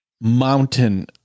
mountain